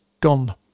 gone